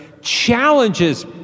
challenges